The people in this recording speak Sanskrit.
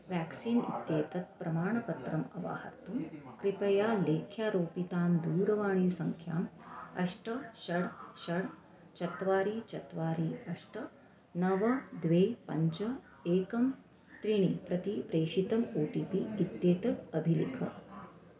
व्याक्सीन् इत्येतत् प्रमाणपत्रम् अवाहर्तुं कृपया लेख्यारोपितां दूरवाणीसङ्ख्याम् अष्ट षट् षट् चत्वारि चत्वारि अष्ट नव द्वे पञ्च एकं त्रीणि प्रति प्रेषितम् ओ टि पि इत्येतत् अभिलिख